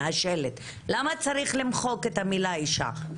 למה צריך למחוק את המילה אישה?